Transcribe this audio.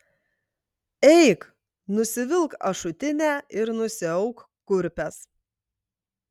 eik nusivilk ašutinę ir nusiauk kurpes